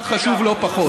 דבר חשוב לא פחות.